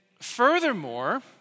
furthermore